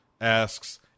asks